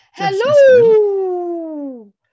Hello